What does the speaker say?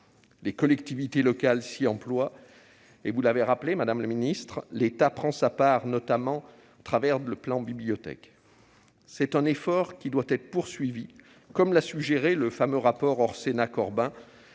Les collectivités locales s'y emploient et vous l'avez rappelé, madame la ministre, l'État prend sa part, notamment au travers du plan Bibliothèques. C'est un effort qui doit être poursuivi, comme l'a suggéré le fameux rapport Orsenna-Corbin,